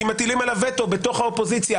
כי מטילים עליו וטו בתוך האופוזיציה,